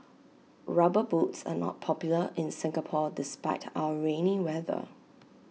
rubber boots are not popular in Singapore despite our rainy weather